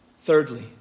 Thirdly